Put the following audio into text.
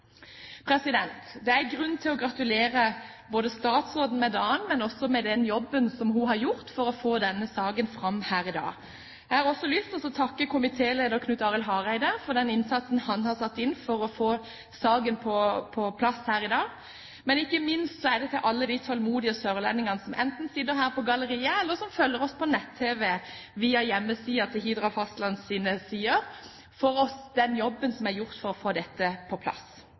Det er grunn til å gratulere statsråden med dagen, men også for den jobben som hun har gjort for å få denne saken fram her i dag. Jeg har også lyst til å takke komitéleder Knut Arild Hareide for den innsatsen han har satt inn for å få saken på plass her i dag, men ikke minst en takk til alle de tålmodige sørlendingene som enten sitter her på galleriet, eller som følger oss på nett-TV via hjemmesidene til Hidra Landfast, for den jobben som er gjort for å få dette på plass.